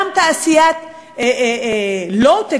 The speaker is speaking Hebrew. גם תעשייה לואו-טק,